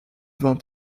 vingt